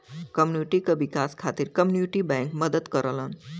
community क विकास खातिर कम्युनिटी बैंक मदद करलन